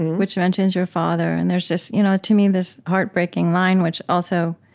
which mentions your father. and there's just, you know to me, this heartbreaking line, which also